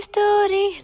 Story